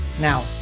Now